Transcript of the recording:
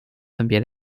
分别